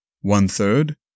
One-third